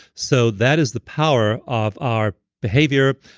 so that is the power of our behavior,